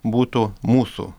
būtų mūsų